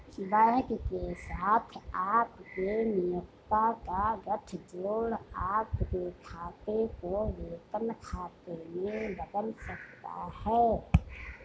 bank के साथ आपके नियोक्ता का गठजोड़ आपके खाते को वेतन खाते में बदल सकता है